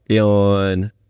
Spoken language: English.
on